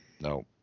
No